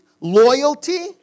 loyalty